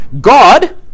God